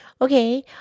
Okay